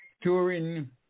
touring